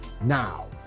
Now